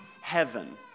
heaven